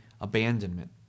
abandonment